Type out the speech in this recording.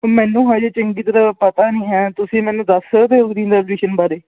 ਮੈਨੂੰ ਹਜੇ ਚੰਗੀ ਤਰ੍ਹਾਂ ਪਤਾ ਨਹੀਂ ਹੈ ਤੁਸੀਂ ਮੈਨੂੰ ਦੱਸ ਸਕਦੇ ਹੋ ਉਹਦੀ ਲੋਕੇਸ਼ਨ ਬਾਰੇ